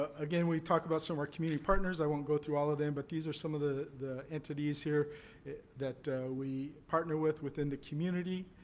again, we talked about some of our community partners. i won't go through all of them, but these are some of the the entities here that we partner with within the community.